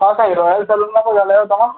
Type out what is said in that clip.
हा Sai royal saloon मां पिया ॻाल्हायो तव्हां